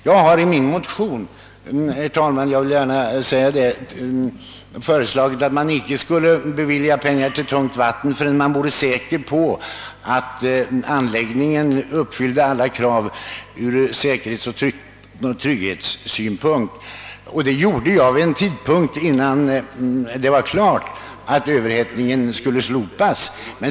Jag har i min motion, herr talman, föreslagit, att man icke skulle ge pengar till tungt vatten förrän man vore säker på att anläggningen uppfyller alla krav ur säkerhetsoch trygghetssynpunkt. Detta skrev jag vid en tidpunkt innan det var klart att överhettningen skulle slopas.